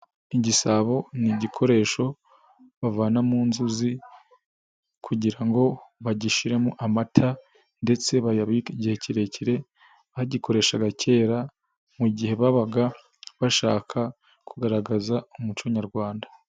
Igisabo ni igikoresho bavana mu nzuzi kugira ngo bagishyiremo amata ndetse bayabike igihe kirekire, bagikoreshaga kera mu gihe babaga bashaka kugaragaza umuco nyarwanda.